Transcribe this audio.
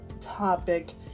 topic